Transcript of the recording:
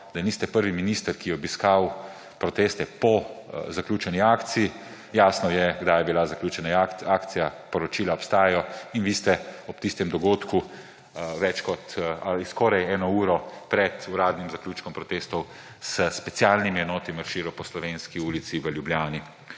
da niste prvi minister, ki je obiskal proteste po zaključeni akciji. Jasno je, kdaj je bila zaključena akcija, poročila obstajajo. Vi ste ob tistem dogodku skoraj eno uro pred uradnim zaključkom protestov s specialnimi enotami marširali po Slovenski cesti v Ljubljani.